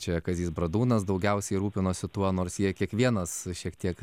čia kazys bradūnas daugiausiai rūpinosi tuo nors jie kiekvienas šiek tiek